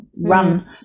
run